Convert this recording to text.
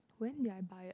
when did I buy it